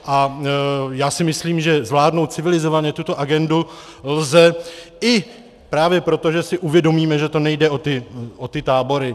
A já si myslím, že zvládnout civilizovaně tuto agendu lze i právě proto, že si uvědomíme, že to nejde o ty tábory.